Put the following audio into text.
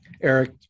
Eric